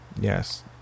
yes